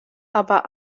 aber